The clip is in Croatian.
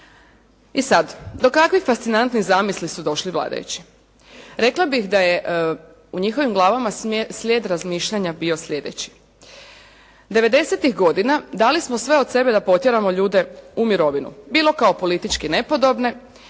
I sad, do kakvih fascinantnih zamisli su došli vladajući? Rekla bih da je u njihovim glavama slijed razmišljanja bio slijedeći. 90-tih godina dali smo sve od sebe da potjeramo ljude u mirovinu, bilo kao politički nepodobne